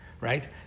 right